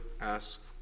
ask